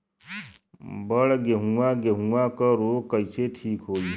बड गेहूँवा गेहूँवा क रोग कईसे ठीक होई?